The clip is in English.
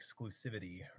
exclusivity